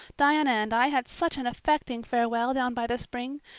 diana and i had such an affecting farewell down by the spring.